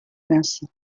vinci